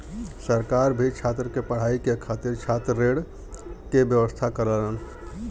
सरकार भी छात्र के पढ़ाई के खातिर छात्र ऋण के व्यवस्था करलन